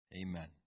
Amen